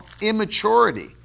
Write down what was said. immaturity